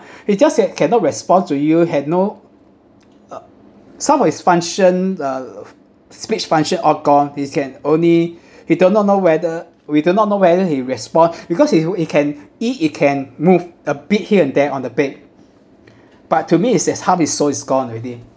it just that cannot respond to you had no uh some of his function uh speech function all gone he can only he do not know whether we do not know whether he respond because he wh~ he can eat he can move a bit here and there on the bed but to me is that half his soul is gone already